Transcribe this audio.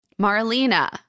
Marlena